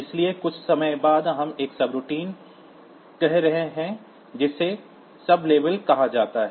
इसलिए कुछ समय बाद हम एक सबरूटीन कह रहे हैं जिसे सबलेबेल कहा जाता है